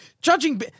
judging